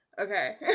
Okay